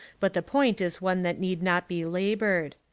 but the point is one that need not be laboured.